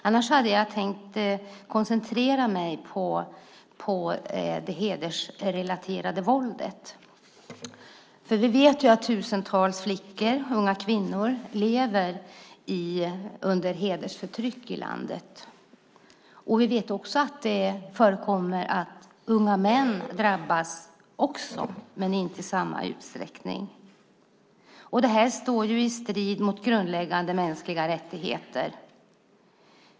Annars hade jag tänkt koncentrera mig på det hedersrelaterade våldet. Vi vet att tusentals flickor och unga kvinnor lever under hedersförtryck i landet. Vi vet att det också förekommer att unga män drabbas. Det står i strid mot grundläggande mänskliga rättigheter.